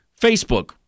Facebook